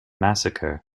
massacre